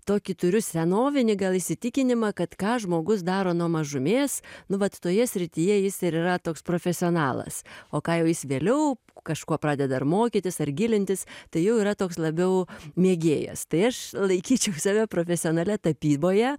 tokį turiu senovinį gal įsitikinimą kad ką žmogus daro nuo mažumės nu vat toje srityje jis ir yra toks profesionalas o ką jau jis vėliau kažkuo pradeda ar mokytis ar gilintis tai jau yra toks labiau mėgėjas tai aš laikyčiau save profesionale tapyboje